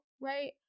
right